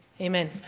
amen